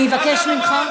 אני אבקש ממך,